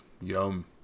yum